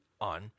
on